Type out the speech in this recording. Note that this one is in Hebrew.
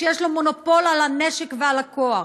כשיש לו מונופול על הנשק ועל הכוח.